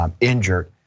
injured